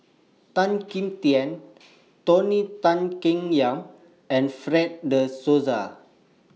Tan Kim Tian Tony Tan Keng Yam and Fred De Souza